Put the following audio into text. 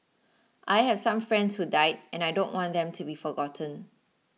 I have some friends who died and I don't want them to be forgotten